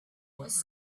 was